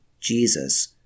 Jesus